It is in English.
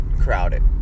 crowded